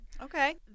Okay